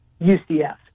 UCF